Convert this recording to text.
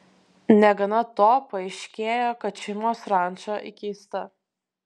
negana to paaiškėjo kad šeimos ranča įkeista